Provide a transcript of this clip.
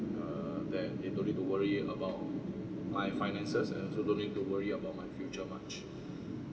err that they don't need to worry about my finances also don't need to worry about my future much